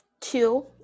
two